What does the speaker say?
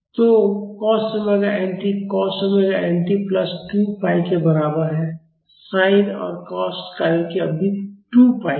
तो cos omega n t cos omega n t plus 2 pi के बराबर है sin और कॉस कार्यों की अवधि 2 पाई है